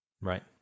Right